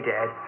Dad